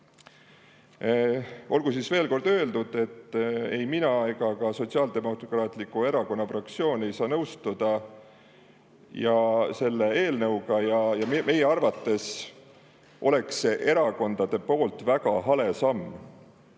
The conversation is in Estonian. Olgu veel kord öeldud, et ei mina ega ka Sotsiaaldemokraatliku Erakonna fraktsioon ei saa nõustuda selle eelnõuga. Meie arvates oleks see erakondade poolt väga hale samm.